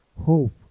hope